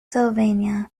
pennsylvania